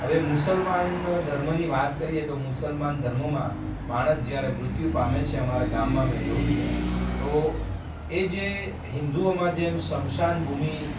હવે મુસલમાન ધર્મની વાત કરીએ તો મુસલમાન ધર્મમાં માણસ જ્યારે મૃત્યુ પામે છે અમારાં ગામમાં મેં જોયું છે તો એ જે હિન્દુઓમાં જેમ સ્મશાન ભૂમિ